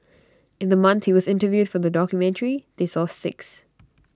in the month he was interviewed for the documentary they saw six